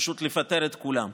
פשוט לפטר את כולם.